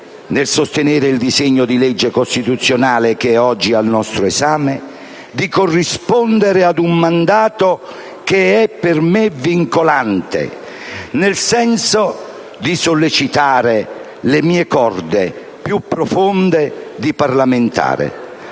nel sostenere il disegno di legge costituzionale che oggi è al nostro esame, di corrispondere ad un mandato che è per me vincolante, nel senso di sollecitare le mie corde più profonde di parlamentare,